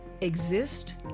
exist